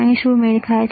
અહીં શું મેળ ખાય છે